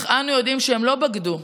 אך אנו יודעים שהם לא בגדו,